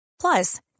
Plus